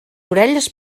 orelles